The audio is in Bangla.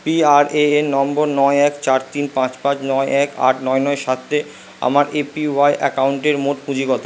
পিআরএএন নম্বর নয় এক চার তিন পাঁচ পাঁচ নয় এক আট নয় নয় সাত এ আমার এপিওয়াই অ্যাকাউন্টের মোট পুঁজি কত